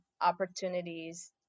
opportunities